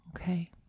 okay